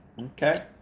Okay